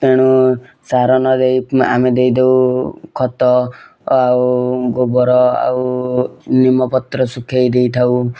ଏଣୁ ସାର ନ ଦେଇ ଆମେ ଦେଇଦଉ ଖତ ଆଉ ଗୋବର ଆଉ ନିମପତ୍ର ଶୁଖେଇ ଦେଇଥାଉ